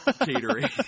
catering